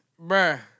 bruh